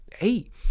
eight